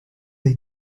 they